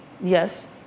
Yes